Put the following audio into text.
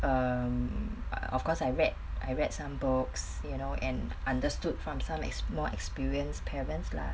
um of course I read I read some books you know and understood from some as more experienced parents lah